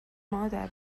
مادر